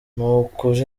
n’ukuri